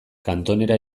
kantonera